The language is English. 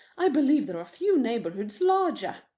i believe there are few neighbourhoods larger.